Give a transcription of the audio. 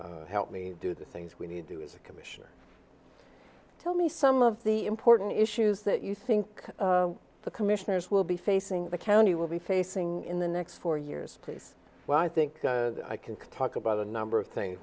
things help me do the things we need to do as a commissioner tell me some of the important issues that you think the commissioners will be facing the county you will be facing in the next four years place well i think i can talk about a number of things